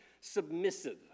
submissive